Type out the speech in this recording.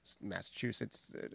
Massachusetts